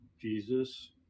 jesus